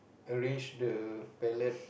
arrange the palette